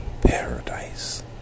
paradise